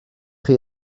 chi